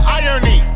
irony